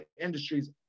industries